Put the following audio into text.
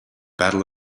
battle